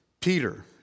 Peter